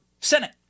Senate